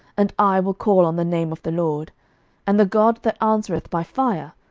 and i will call on the name of the lord and the god that answereth by fire,